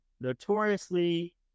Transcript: notoriously